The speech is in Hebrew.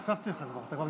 הוספתי לך כבר.